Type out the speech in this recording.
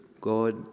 God